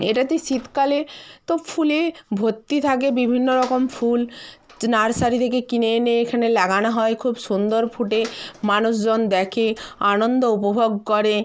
এটাতে শীতকালে তো ফুলে ভর্তি থাকে বিভিন্ন রকম ফুল নার্সারি থেকে কিনে এনে এখানে লাগানো হয় খুব সুন্দর ফুটে মানুষজন দেখে আনন্দ উপভোগ করে